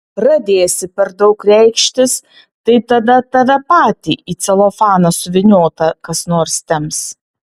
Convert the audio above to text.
pradėsi per daug reikštis tai tada tave patį į celofaną suvyniotą kas nors temps